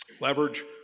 Leverage